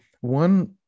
one